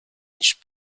nicht